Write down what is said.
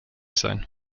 sein